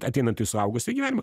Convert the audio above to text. ateinant į suaugusio gyvenimą